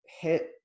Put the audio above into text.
hit